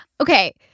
Okay